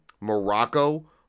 Morocco